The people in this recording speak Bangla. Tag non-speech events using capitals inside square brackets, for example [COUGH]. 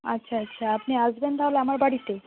আচ্ছা আচ্ছা [UNINTELLIGIBLE] আপনি আসবেন তাহলে আমার বাড়িতে